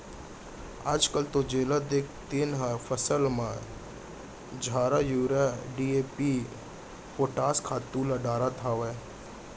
आजकाल तो जेला देख तेन हर फसल म झारा यूरिया, डी.ए.पी, पोटास खातू ल डारत हावय